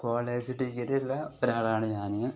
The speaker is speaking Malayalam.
കോളേജ് ഡിഗ്രിയുള്ള ഒരാളാണ് ഞാൻ